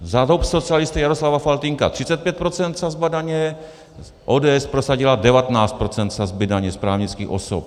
Za dob socialisty Jaroslava Faltýnka 35 % sazba daně, ODS prosadila 19 % sazby daně z právnických osob.